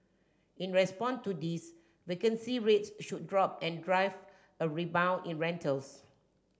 in respond to this vacancy rates should drop and drive a rebound in rentals